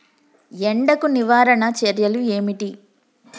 ఎండకు నివారణ చర్యలు ఏమిటి?